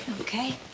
Okay